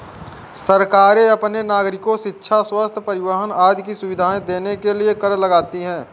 सरकारें अपने नागरिको शिक्षा, स्वस्थ्य, परिवहन आदि की सुविधाएं देने के लिए कर लगाती हैं